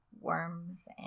worms